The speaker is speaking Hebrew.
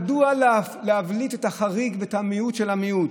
מדוע להבליט את החריג ואת המיעוט של המיעוט?